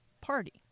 Party